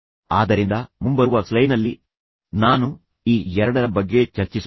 ಆದ್ದರಿಂದ ಮುಂಬರುವ ಸ್ಲೈಡ್ನಲ್ಲಿ ನಾನು ಈ ಎರಡರ ಬಗ್ಗೆ ಚರ್ಚಿಸುತ್ತೇನೆ